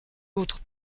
autre